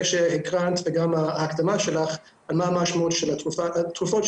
שהקרנת וגם ההקדמה שלך על מה משמעות של התרופות.